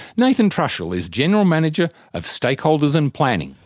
nathan trushell is general manager of stakeholders and planning.